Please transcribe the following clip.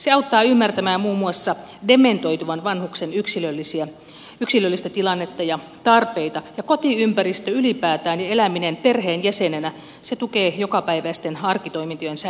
se auttaa ymmärtämään muun muassa dementoituvan vanhuksen yksilöllistä tilannetta ja tarpeita ja kotiympäristö ylipäätään ja eläminen perheenjäsenenä tukevat jokapäiväisten arkitoimintojen säilymistä